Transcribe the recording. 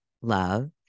love